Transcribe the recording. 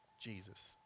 Jesus